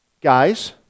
Guys